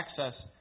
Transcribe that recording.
access